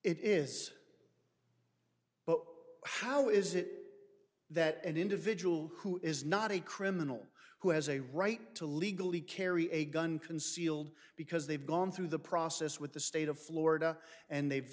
it is but how is it that an individual who is not a criminal who has a right to legally carry a gun concealed because they've gone through the process with the state of florida and they've